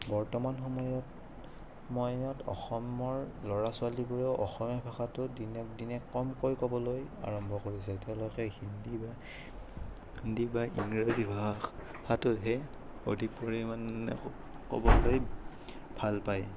বৰ্তমান সময়ত মই ইয়াত অসমৰ ল'ৰা ছোৱালীবোৰেও অসমীয়া ভাষাটো দিনক দিনে কমকৈ ক'বলৈ আৰম্ভ কৰিছে তেওঁলোকে হিন্দী বা হিন্দী বা ইংৰাজী ভাষাটোহে অধিক পৰিমাণে ক'বলৈ ভাল পায়